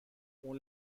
اون